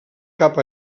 cap